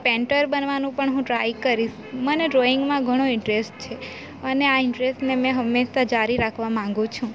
painter બનવાનું પણ હું ટ્રાય કરીશ મને ડ્રોઈંગમાં ઘણો ઇન્ટરસ્ટ છે અને આ ઇન્ટ્રસ્ટને મેં હંમેશા જારી રાખવા માગું છું